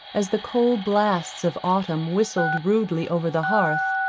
as the cold blasts of autumn whistled rudely over the heath,